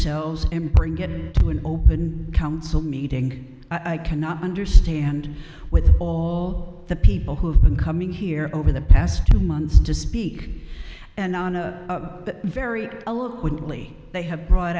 empowering get to an open council meeting i cannot understand with the people who have been coming here over the past two months to speak and on a very eloquently they have brought